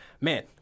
Man